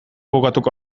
bukatuko